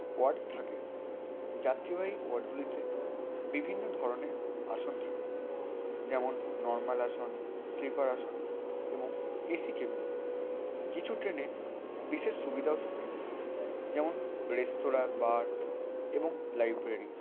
word থাকে যাত্রীবাহী ওয়ার্ডগুলিতে বিভিন্ন ধরনের আসন থাকে যেমন নরমাল আসন স্লিপার আসন এবং এসি কেবিন কিছু ট্রেনে বিশেষ সুবিধাও থাকে যেমন রেস্তোরাঁ বার এবং লাইব্রেরি